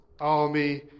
army